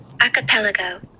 Archipelago